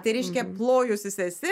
tai reiškia plojusis esi